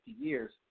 years